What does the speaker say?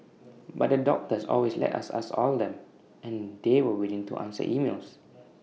but the doctors always let us ask all them and they were willing to answer emails